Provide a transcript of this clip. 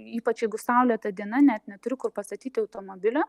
ypač jeigu saulėta diena net neturiu kur pastatyti automobilio